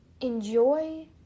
Enjoy